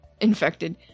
infected